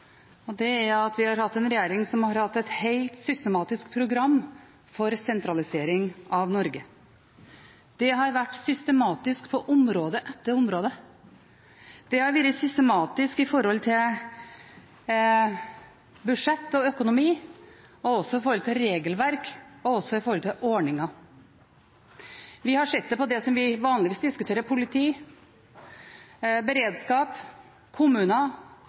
enig: Det er at vi har hatt en regjering som har hatt et helt systematisk program for sentralisering av Norge. Det har vært systematisk på område etter område. Det har vært systematisk når det gjelder budsjett og økonomi, regelverk og ordninger. Vi har sett det i det som vi vanligvis diskuterer: politi, beredskap, kommuner,